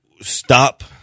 stop